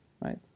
right